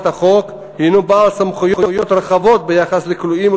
החוק הנו בעל סמכויות רחבות ביחס לכלואים,